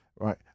right